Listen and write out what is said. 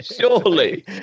Surely